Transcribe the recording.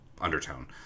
undertone